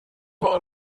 war